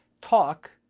talk